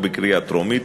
שעליהן הוא אמון,